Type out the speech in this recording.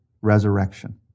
resurrection